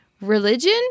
religion